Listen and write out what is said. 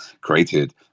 created